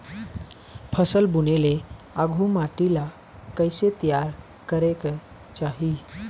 फसल बुने ले आघु माटी ला कइसे तियार करेक चाही?